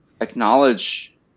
acknowledge